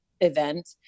event